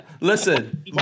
Listen